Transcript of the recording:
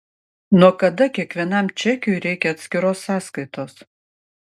nuo kada kiekvienam čekiui reikia atskiros sąskaitos